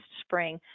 spring